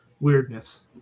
weirdness